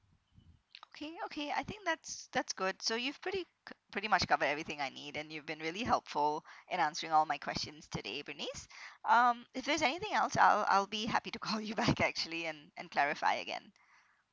okay okay I think that's that's good so you've pretty c~ pretty much covered everything I need and you've been really helpful in answering all my questions today bernice um if there's anything else I'll I'll be happy to call you back actually and and clarify again